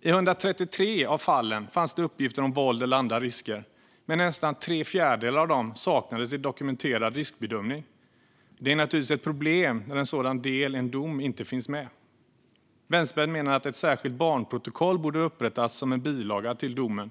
I 133 av fallen fanns det uppgifter om våld eller andra risker, men i nästan tre fjärdedelar av dem saknades dokumenterad riskbedömning. Det är naturligtvis ett problem när en sådan del i en dom inte finns med. Vänsterpartiet menar att ett särskilt barnprotokoll borde upprättas som en bilaga till domen,